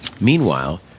Meanwhile